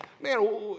man